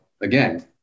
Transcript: again